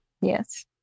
Yes